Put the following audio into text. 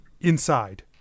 inside